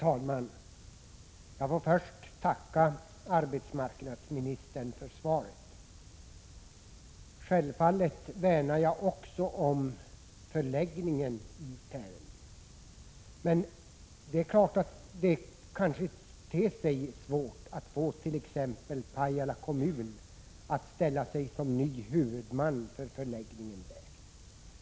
Herr talman! Jag får först tacka arbetsmarknadsministern för svaret. Självfallet värnar jag också om förläggningen i Tärendö. Det kan naturligtvis te sig svårt att få t.ex. Pajala kommun att ställa upp som ny huvudman för förläggningen.